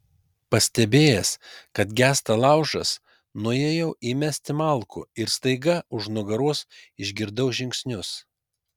pastebėjęs kad gęsta laužas nuėjau įmesti malkų ir staiga už nugaros išgirdau žingsnius